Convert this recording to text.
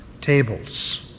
tables